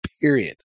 period